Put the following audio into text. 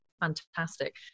fantastic